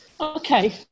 Okay